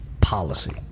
policy